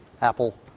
Apple